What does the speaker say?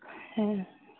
हाँ